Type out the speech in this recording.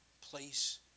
place